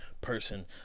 person